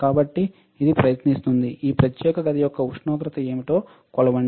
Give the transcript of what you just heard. కాబట్టి ఇది ప్రయత్నిస్తుంది ఈ ప్రత్యేక గది యొక్క ఉష్ణోగ్రత ఏమిటో కొలవండి